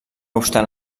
obstant